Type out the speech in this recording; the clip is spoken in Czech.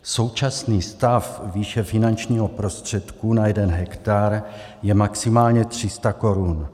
Současný stav výše finančního prostředku na jeden hektar je maximálně 300 korun.